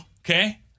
Okay